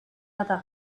other